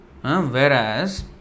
whereas